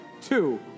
Two